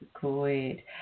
good